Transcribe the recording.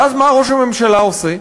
ואז מה ראש הממשלה עושה?